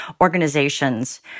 organizations